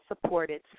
supported